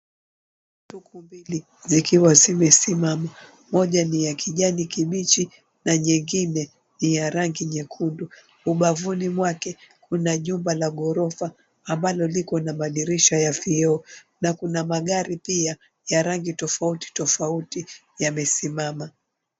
Tuktuk mbili zikiwa zimesimama moja ni ya kijani kibichi na nyengine ni ya rangi nyekundu ubavuni mwake kuna jumba la ghorofa ambalo liko na madirisha ya vioo na kuna magari pia ya rangi tofauti tofauti yamesimama.